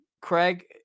Craig